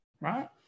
right